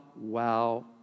wow